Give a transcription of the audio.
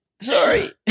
Sorry